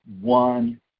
one